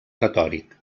retòric